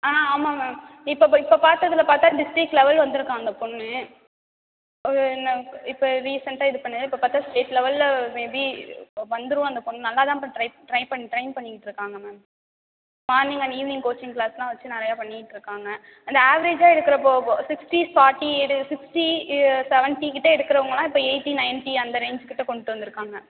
ஆ ஆமாம் மேம் இப்போ இப்போ பார்த்ததுல பார்த்தா டிஸ்ட்ரிக் லெவல் வந்திருக்கா அந்த பொண்ணு அது என்ன இப்போ இப்போ ரீசண்டாக இது பண்ண இப்போ பார்த்தா ஸ்டேட் லெவலில் மே பி வ வந்துடும் அந்த பொண்ணு நல்லா தான் இப்போ ட்ரை ட்ரை ட்ரெயின் பண்ணிட்டு இருக்காங்க ma'am morning and evening coaching கிளாஸ்லாம் வெச்சு நிறையா பண்ணிக்கிட்டு இருக்காங்க அந்த ஆவரேஜா இருக்கிற போ போ சிக்ஸ்ட்டி ஃபாட்டி இது ஃபிஃப்ட்டி செவன்ட்டி கிட்டே இருக்கிறவங்கள்லாம் இப்போ எய்ட்டி நைன்ட்டி அந்த ரேஞ்ச்க்கிட்டே கொண்டுட்டு வந்திருக்காங்க